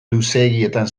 luzeegietan